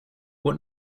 what